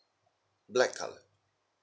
black colour